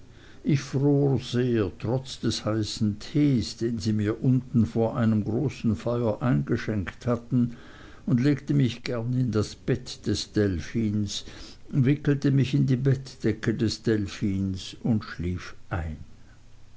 ich fror sehr trotz des heißen tees den sie mir unten vor einem großen feuer eingeschenkt hatten und legte mich gern in das bett des delphins wickelte mich in die bettdecke des delphins und schlief ein